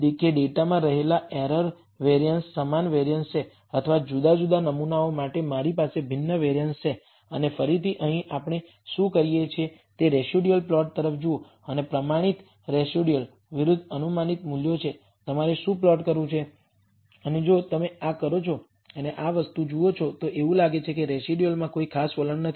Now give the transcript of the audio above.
કે ડેટામાં રહેલા એરર વેરિઅન્સ સમાન વેરિઅન્સ છે અથવા જુદા જુદા નમૂનાઓ માટે મારી પાસે ભિન્ન વેરિઅન્સ છે અને ફરીથી અહીં આપણે શું કરીએ છીએ તે રેસિડયુઅલ પ્લોટ તરફ જુઓ અને પ્રમાણિત રેસિડયુઅલ વિરુદ્ધ અનુમાનિત મૂલ્યો છે તમારે શું પ્લોટ કરવું છે અને જો તમે આ કરો છો અને આ વસ્તુ જુઓ છો તો એવું લાગે છે કે રેસિડયુઅલમાં કોઈ ખાસ વલણ નથી